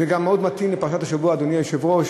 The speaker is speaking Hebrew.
זה גם מאוד מתאים לפרשת השבוע, אדוני היושב-ראש.